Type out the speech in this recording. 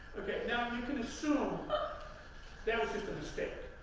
okay, now, you can assume that was just a mistake.